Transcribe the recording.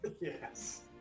Yes